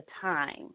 time